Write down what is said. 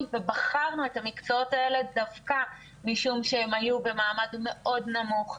ובחרנו את המקצועות האלה דווקא משום שהם היו במעמד מאוד נמוך,